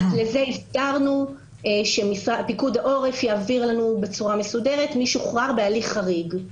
הסדרנו שפיקוד העורף יעביר לנו בצורה מסודרת מי שוחרר בהליך חריג.